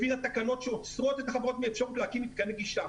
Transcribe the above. הביאה תקנות שעוצרות את החברות מאפשרות להקים מתקני גישה.